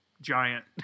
giant